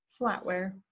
flatware